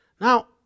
Now